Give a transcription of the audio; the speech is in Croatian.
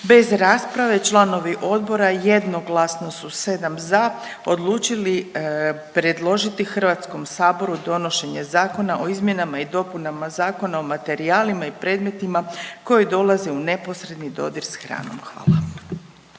Bez rasprave, članovi odbora jednoglasno su, 7 za, odlučili predložiti HS-u donošenje Zakona o izmjenama i dopunama Zakona materijalima i predmetima koji dolaze u neposredan dodir s hranom. Hvala.